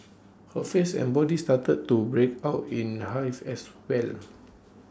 her face and body started to break out in hives as well